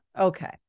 Okay